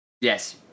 Yes